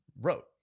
wrote